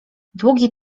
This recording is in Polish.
długi